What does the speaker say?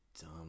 dumb